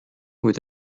with